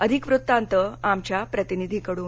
अधिक वृत्तांत आमच्या प्रतिनिधीकडून